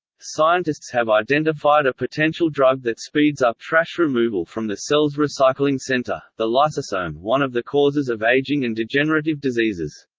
scientists have identified a potential drug that speeds up trash removal from the cell's recycling center, the lysosome, one of the causes of aging and degenerative diseases.